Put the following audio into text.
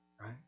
right